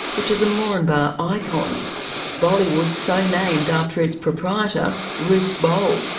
which is a moranbah icon boalywood so-named after its proprietor, ruth boal.